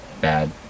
bad